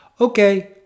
Okay